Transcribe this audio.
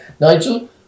Nigel